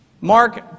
Mark